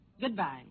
Goodbye